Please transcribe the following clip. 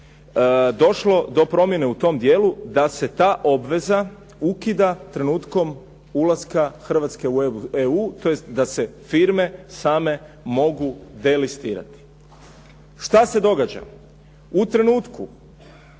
došlo do promjene u tom dijelu da se ta obveza ukida trenutkom ulaska Hrvatske u EU, tj. da se firme same mogu delistirati. Šta se događa? U trenutku